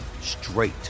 straight